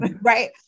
Right